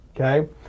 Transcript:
okay